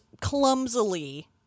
clumsily